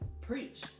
Preach